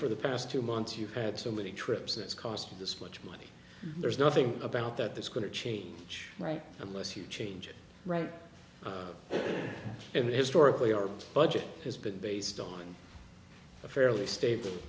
for the past two months you've had so many trips it's costing this much money there's nothing about that that's going to change right unless you change it right and historically our budget has been based on a fairly stable